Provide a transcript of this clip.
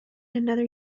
another